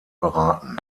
beraten